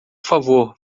favor